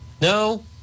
No